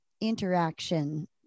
interaction